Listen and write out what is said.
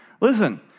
Listen